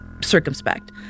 circumspect